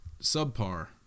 subpar